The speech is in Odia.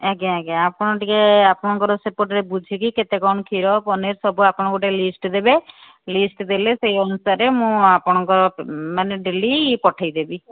ଆଜ୍ଞା ଆଜ୍ଞା ଆପଣ ଟିକେ ଆପଣଙ୍କ ସେପଟେରେ ବୁଝିକି କେତେ କ'ଣ କ୍ଷୀର ପନିର୍ ସବୁ ଆପଣ ଗୋଟେ ଲିଷ୍ଟ ଦେବେ ଲିଷ୍ଟ ଦେଲେ ସେହି ଅନୁସାରେ ମୁଁ ଆପଣଙ୍କ ମାନେ ଡେଲି ପଠାଇ ଦେବି